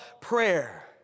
prayer